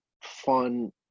fun